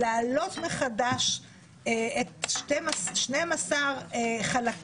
להעלות מחדש את 12 חלקיו,